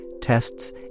tests